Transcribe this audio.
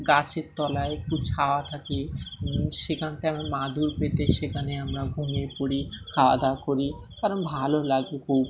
গাছের তলায় একটু ছাওয়া থাকে সেখান থেকে আমি মাদুর পেতে সেখানে আমরা ঘুমিয়ে পড়ি খাওয়া দাওয়া করি কারণ ভালো লাগে খুব